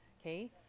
okay